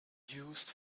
used